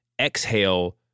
exhale